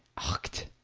ocht!